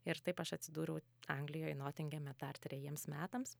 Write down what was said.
ir taip aš atsidūriau anglijoj notingeme dar trejiems metams